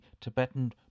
Tibetan